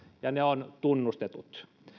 ja ne on tunnustettu